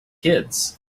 kids